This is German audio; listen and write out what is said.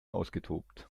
ausgetobt